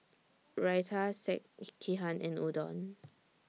Raita Sekihan and Udon